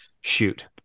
shoot